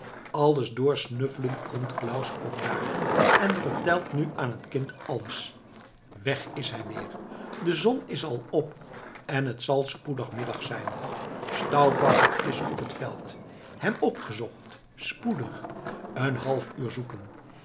alles doorsnuffelend komt claus ook daar en vertelt nu aan het kind alles weg is hij weer de zon is al op en het zal spoedig middag zijn stauffacher is op het veld hem opgezocht spoedig een half uur zoeken